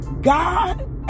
God